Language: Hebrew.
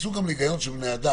כנסו להיכגיון של בני אדם.